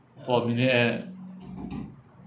for a millionaire